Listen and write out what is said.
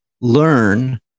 learn